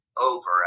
over